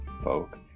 folk